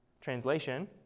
Translation